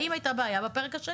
האם הייתה בעיה בפרק השני?